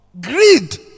Greed